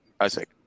Isaac